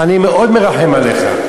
אני מאוד מרחם עליך.